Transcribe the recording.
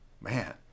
Man